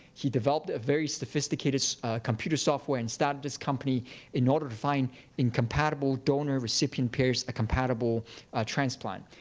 he developed a very sophisticated computer software and started this company in order to find incompatible donor-recipient pairs a compatible transplant.